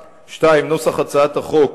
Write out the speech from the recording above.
2. נוסח הצעת החוק